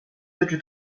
tyczy